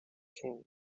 king